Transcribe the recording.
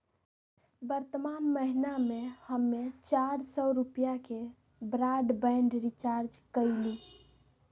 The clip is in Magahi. वर्तमान महीना में हम्मे चार सौ रुपया के ब्राडबैंड रीचार्ज कईली